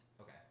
Okay